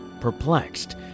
Perplexed